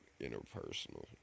interpersonal